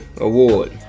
award